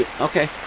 Okay